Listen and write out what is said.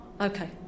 okay